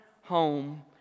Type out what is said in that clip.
home